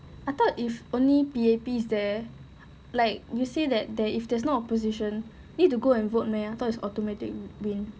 I thought if only P_A_P is there like you say that there if there is no opposition need to go and vote meh I thought is automatic win